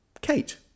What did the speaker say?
Kate